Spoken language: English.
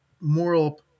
moral